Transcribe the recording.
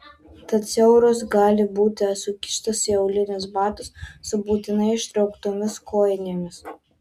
tad siauros gali būti sukištos į aulinius batus su būtinai ištrauktomis kojinėmis